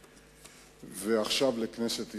פה, ועכשיו לכנסת ישראל.